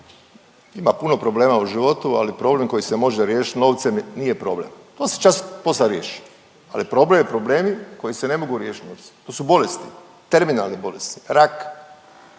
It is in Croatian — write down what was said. Ima puno problema u životu, ali problem koji se može riješit novcem nije problem, on se čas posla riješi, ali postoje problemi koji se ne mogu riješit novcem, to su bolesti, terminalne bolesti, rak,